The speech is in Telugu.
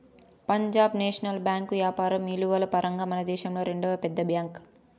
పంజాబ్ నేషనల్ బేంకు యాపారం ఇలువల పరంగా మనదేశంలో రెండవ పెద్ద బ్యాంక్